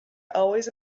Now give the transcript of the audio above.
always